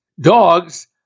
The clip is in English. dogs